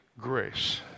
grace